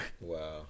wow